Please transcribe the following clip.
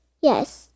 Yes